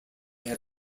have